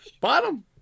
Bottom